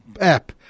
app